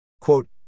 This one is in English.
Quote